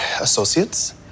associates